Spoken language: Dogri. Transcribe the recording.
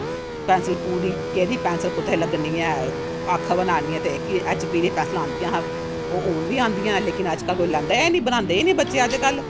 पैंसल पूरी केहड़ी पैंसल कुत्थै लग्गनी ऐ अक्ख बनानी ऐ ते इक एच पी दियां पैंसलां आदियां हियां हून बी आंदियां लेकिन अजकल कोई लैंदा गै नेईं बनांदे गै नेईं बच्चे अजकल